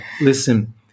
listen